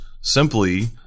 simply